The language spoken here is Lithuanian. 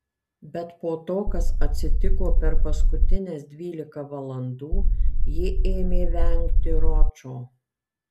bet po to kas atsitiko per paskutines dvylika valandų ji ėmė vengti ročo